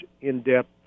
in-depth